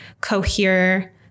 cohere